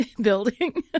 building